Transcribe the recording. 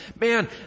man